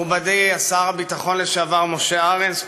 מכובדי שר הביטחון לשעבר משה ארנס,